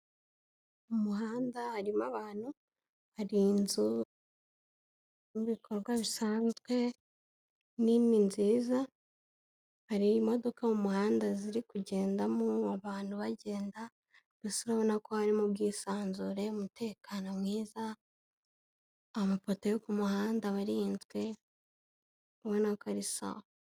Mu muhanda harimo abantu. Hari inzu n'ibikorwa bisanzwe, nini nziza hari imodoka mu muhanda ziri kugendamo, abantu bagenda gusa ubona ko harimo ubwisanzure, umutekano mwiza amapoto yo ku muhanda aba arinzwe ubona ko ari sawa.